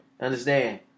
Understand